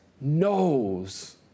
knows